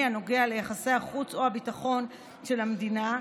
הנוגע ליחסי החוץ או הביטחון של המדינה,